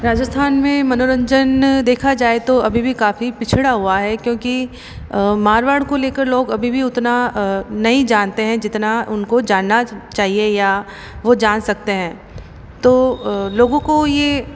राजस्थान में मनोरंजन देखा जाए तो अभी भी काफ़ी पिछड़ा हुआ है क्योंकि मारवाड़ को लेकर लोग अभी भी उतना नहीं जानते हैं जितना उनको जानना चाहिए या वो जान सकते हैं तो लोगों को ये